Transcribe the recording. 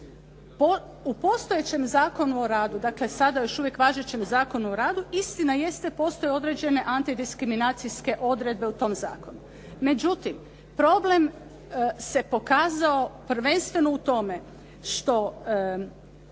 u postojećem Zakonu o radu, dakle, sada još uvijek važećem Zakonu o radu istina jeste postoje određene antidiskriminacije odredbe u tom zakonu. Međutim, problem se pokazao prvenstveno u tome što